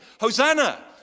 Hosanna